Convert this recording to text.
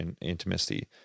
intimacy